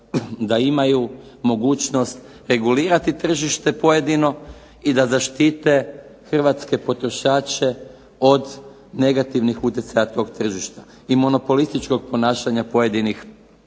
da imaju mogućnost regulirati tržište pojedino i da zaštite hrvatske potrošače od negativnih utjecaja tog tržišta, i monopolističkog ponašanja pojedinih